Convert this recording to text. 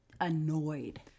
annoyed